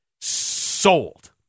sold